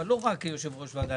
אבל לא רק כיושב-ראש ועדה,